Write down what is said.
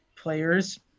players